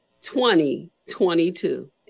2022